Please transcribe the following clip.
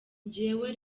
njyewe